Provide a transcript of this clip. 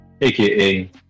aka